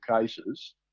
cases